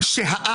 שנייה.